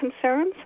concerns